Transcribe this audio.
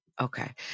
Okay